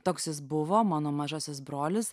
toks jis buvo mano mažasis brolis